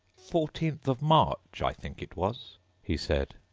fourteenth of march, i think it was he said.